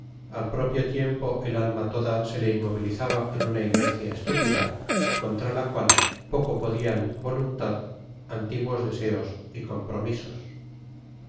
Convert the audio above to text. al propio tiempo el alma toda se le inmovilizaba en una inercia estúpida contra la cual poco podían voluntad antiguos deseos y compromisos